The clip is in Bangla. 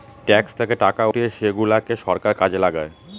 ট্যাক্স থেকে টাকা উঠিয়ে সেগুলাকে সরকার কাজে লাগায়